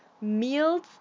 meals